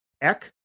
Eck